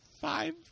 Five